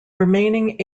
remaining